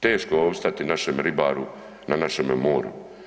Teško je opstati našem ribaru na našemu moru.